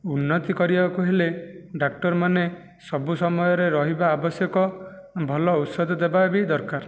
ଉନ୍ନତି କରିବାକୁ ହେଲେ ଡାକ୍ତରମାନେ ସବୁ ସମୟରେ ରହିବା ଆବଶ୍ୟକ ଭଲ ଔଷଧ ଦେବା ବି ଦରକାର